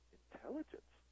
intelligence